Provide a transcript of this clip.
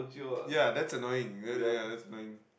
ya that's annoying that ya ya that's annoying